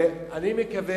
ואני מקווה